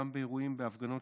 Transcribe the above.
גם בהפגנות,